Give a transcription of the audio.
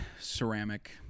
Ceramic